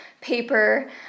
paper